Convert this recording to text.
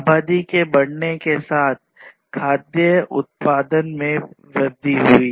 आबादी के बढ़ने के साथ खाद्य उत्पादन की वृद्धि हुई